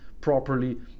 properly